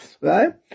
right